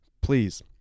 please